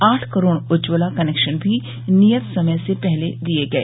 आठ करोड उज्जवला कनेक्शन भी नियत समय से पहले दिए गए